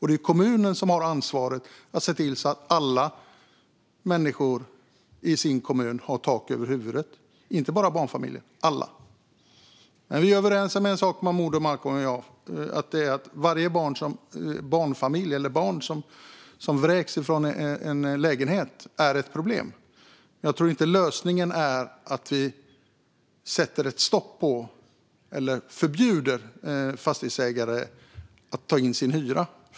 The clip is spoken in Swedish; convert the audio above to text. Det är kommunen som har ansvaret att se till så att alla människor där har tak över huvudet, inte bara barnfamiljer. Men vi är överens om en sak, Momodou Malcolm och jag: Varje barnfamilj eller barn som vräks från en lägenhet är ett problem. Jag tror dock inte att lösningen är att vi sätter stopp eller förbjuder fastighetsägare att kräva in sin hyra.